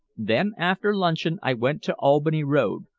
then, after luncheon, i went to albany road,